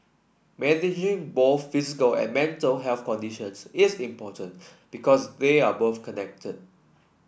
managing both physical and mental health conditions is important because they are both connected